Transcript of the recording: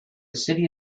city